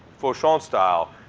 fauchon style,